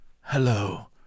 hello